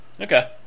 Okay